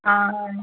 ஆ ஆ